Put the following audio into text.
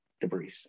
debris